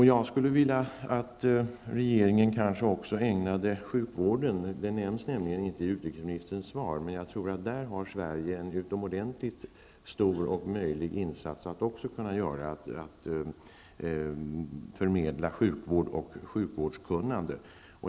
Jag skulle vilja att regeringen ägnade också sjukvården ett intresse. Sjukvården nämns inte i utrikesministerns svar. Men jag tror att Sverige kan göra en utomordentlig insats genom att stå till tjänst med sjukvård och sjukvårdskunnande.